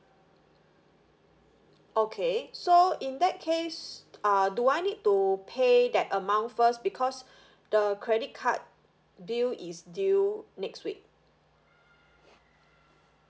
okay so in that case uh do I need to pay that amount first because the credit card bill is due next week